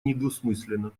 недвусмысленно